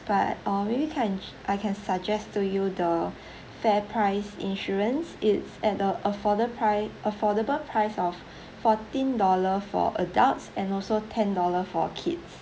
but uh maybe can I can suggest to you the fairprice insurance it's at the afford~ pri~ affordable price of fourteen dollar for adults and also ten dollar for kids